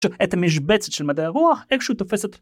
שאת המשבצת של מדעי הרוח איכשהו תופסת.